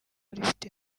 rifite